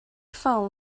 foam